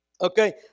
Okay